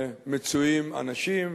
מצויים אנשים,